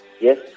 yes